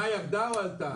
החמאה ירדה או עלתה?